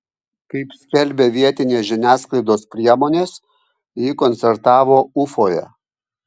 kaip skelbia vietinės žiniasklaidos priemonės ji koncertavo ufoje